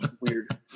Weird